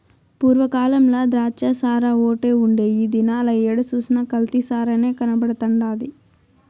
పూర్వ కాలంల ద్రాచ్చసారాఓటే ఉండే ఈ దినాల ఏడ సూసినా కల్తీ సారనే కనబడతండాది